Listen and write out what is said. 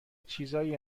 چیزهایی